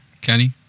Kenny